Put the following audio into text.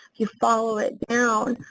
you follow it down,